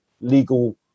legal